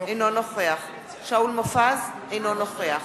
אינו נוכח שאול מופז, אינו נוכח